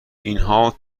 اینها